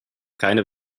keine